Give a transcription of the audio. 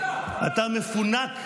אתה מפונק.